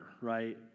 Right